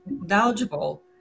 knowledgeable